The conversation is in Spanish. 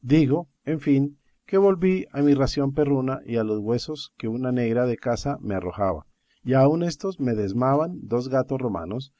digo en fin que volví a mi ración perruna y a los huesos que una negra de casa me arrojaba y aun éstos me dezmaban dos gatos romanos